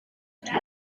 two